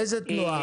איזו תנועה?